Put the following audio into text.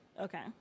Okay